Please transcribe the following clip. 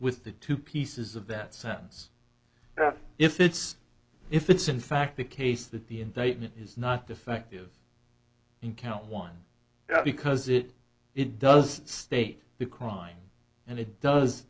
with the two pieces of that sentence if it's if it's in fact the case that the indictment is not defective in count one because it does state the crime and it does